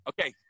Okay